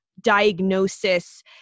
diagnosis